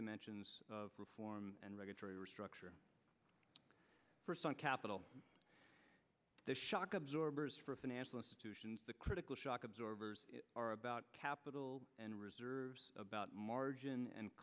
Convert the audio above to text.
dimensions of reform and regulatory restructure first on capital the shock absorbers for financial institutions the critical shock absorbers are about capital and reserves about margin and